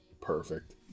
Perfect